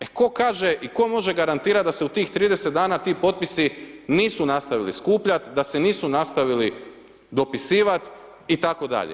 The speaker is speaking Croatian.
E tko kaže i tko može garantirati da se u tih 30 dana ti potpisi nisu nastavili skupljati, da se nisu nastavili dopisivati itd.